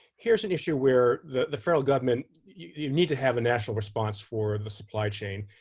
here's an issue where the the federal government, you need to have a national response for the supply chain.